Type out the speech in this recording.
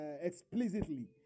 explicitly